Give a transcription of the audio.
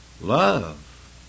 Love